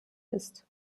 ist